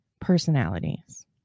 personalities